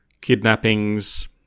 kidnappings